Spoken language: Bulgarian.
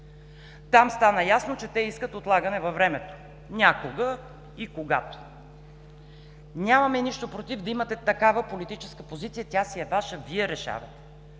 Там става ясно, че те искат отлагане във времето – някога и когато. Нямаме нищо против да имате такава политическа позиция, тя си е Ваша, Вие решавате.